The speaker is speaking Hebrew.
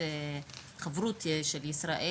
הפסקה.